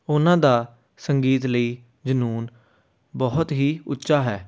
ਉਹਨਾਂ ਦਾ ਸੰਗੀਤ ਲਈ ਜਨੂੰਨ ਬਹੁਤ ਹੀ ਉੱਚਾ ਹੈ